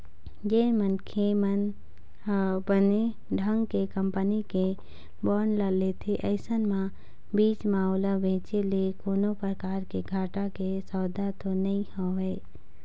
जेन मनखे मन ह बने ढंग के कंपनी के बांड ल लेथे अइसन म बीच म ओला बेंचे ले कोनो परकार के घाटा के सौदा तो नइ होवय